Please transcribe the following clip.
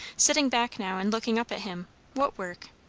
sitting back now and looking up at him what work?